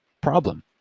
problem